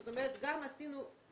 זאת אומרת עשינו את זה